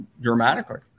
dramatically